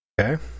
Okay